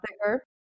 thicker